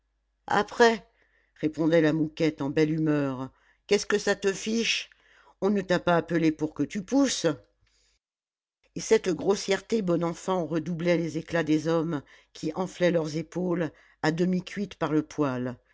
après répondait la mouquette en belle humeur qu'est-ce que ça te fiche on ne t'a pas appelé pour que tu pousses et cette grossièreté bonne enfant redoublait les éclats des hommes qui enflaient leurs épaules à demi cuites par le poêle